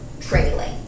trailing